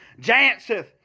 janseth